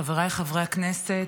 חבריי חברי הכנסת,